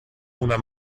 una